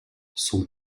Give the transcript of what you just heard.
son